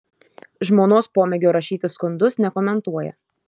žmonos pomėgio rašyti skundus nekomentuoja